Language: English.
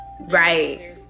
right